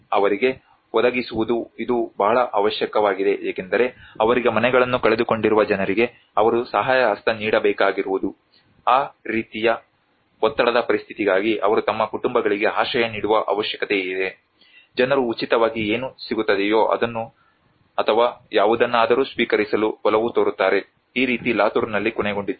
ಅವರಿಗೆ ಒದಗಿಸುವುದು ಇದು ಬಹಳ ಅವಶ್ಯಕವಾಗಿದೆ ಏಕೆಂದರೆ ಅವರಿಗೆ ಮನೆಗಳನ್ನು ಕಳೆದುಕೊಂಡಿರುವ ಜನರಿಗೆ ಅವರು ಸಹಾಯ ಹಸ್ತ ನೀಡಬೇಕಾಗಿರುವುದು ಆ ರೀತಿಯ ಒತ್ತಡದ ಪರಿಸ್ಥಿತಿಗಾಗಿ ಅವರು ತಮ್ಮ ಕುಟುಂಬಗಳಿಗೆ ಆಶ್ರಯ ನೀಡುವ ಅವಶ್ಯಕತೆಯಿದೆ ಜನರು ಉಚಿತವಾಗಿ ಏನು ಸಿಗುತ್ತದೆಯೋ ಅದನ್ನು ಅಥವಾ ಯಾವುದನ್ನಾದರೂ ಸ್ವೀಕರಿಸಲು ಒಲವು ತೋರುತ್ತಾರೆ ಈ ರೀತಿ ಲಾತೂರ್ನಲ್ಲಿ ಕೊನೆಗೊಂಡಿತು